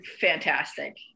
fantastic